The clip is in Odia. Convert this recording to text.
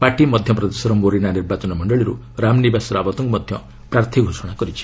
ପାର୍ଟି ମଧ୍ୟପ୍ରଦେଶର ମୋରିନା ନିର୍ବାଚନ ମଣ୍ଡଳୀରୁ ରାମ ନିବାସ ରାବତ୍ଙ୍କୁ ମଧ୍ୟ ପ୍ରାର୍ଥୀ ଘୋଷଣା କରିଛି